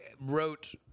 wrote